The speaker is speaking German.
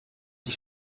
die